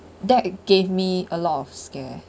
that gave me a lot of scare